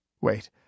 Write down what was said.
Wait